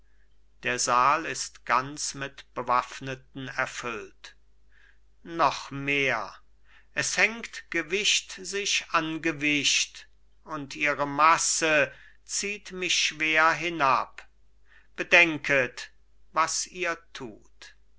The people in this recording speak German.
der saal ist ganz mit bewaffneten erfüllt noch mehr es hängt gewicht sich an gewicht und ihre masse zieht mich schwer hinab bedenket was ihr tut